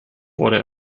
wurde